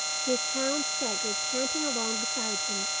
his hound staggered panting along beside him,